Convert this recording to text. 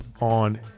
on